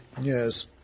Yes